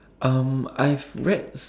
um I've read